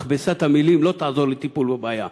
מכבסת המילים לא תעזור לטיפול בבעיה.